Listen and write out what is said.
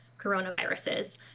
coronaviruses